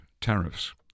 tariffs